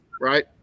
right